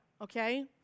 okay